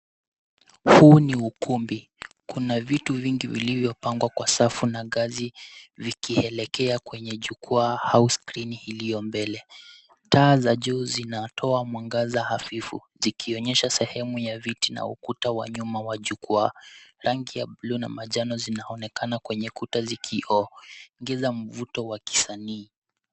Huu ni ukumbi. Kuna vitu vingi vilivyopangwa kwa safu na ngazi vikielekea kwenye jukwaa au skrini iliyo mbele. Taa za juu zinatoa mwangaza hafifu zikionyesha sehemu ya viti na ukuta wa nyuma wa jukwaa. Rangi ya buluu na manjano zinaonekana kwenye ukuta zikiongeza mvuto wa kisanii.